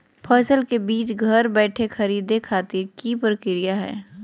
फसल के बीज घर बैठे खरीदे खातिर की प्रक्रिया हय?